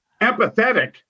empathetic